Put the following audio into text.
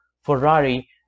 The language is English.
Ferrari